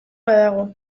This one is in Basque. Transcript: badago